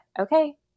okay